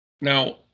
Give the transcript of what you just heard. Now